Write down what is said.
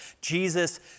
Jesus